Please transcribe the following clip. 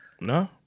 No